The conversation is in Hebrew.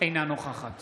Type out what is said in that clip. אינה נוכחת